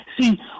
See